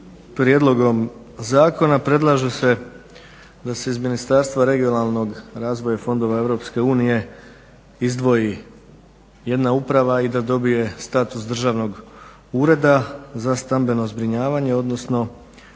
prijedlogom zakona predlaže se da se iz Ministarstva regionalnog razvoja i fondova EU izdvoji jedna uprava i da dobije status Državnog ureda za stambeno zbrinjavanje odnosno